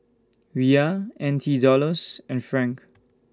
Riyal N T Dollars and Franc